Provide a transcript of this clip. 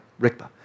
Rikpa